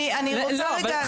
אני רוצה רגע, סליחה.